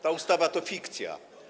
Ta ustawa to fikcja.